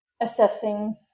assessing